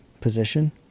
position